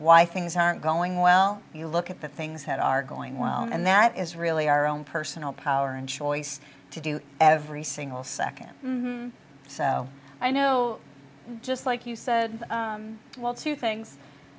why things aren't going well you look at the things that are going well and that is really our own personal power and choice to do every single second so i know just like you said well two things